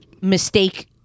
mistake